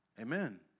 Amen